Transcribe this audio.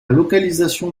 localisation